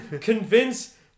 convince